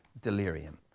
delirium